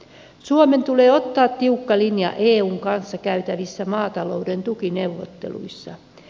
suomen tulee ottaa tiukka linja eun kanssa käytävissä maatalouden tukineuvotteluissa